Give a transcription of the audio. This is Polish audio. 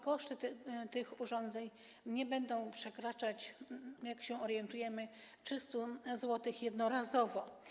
Koszty tych urządzeń nie będą przekraczać, jak się orientujemy, 300 zł jednorazowo.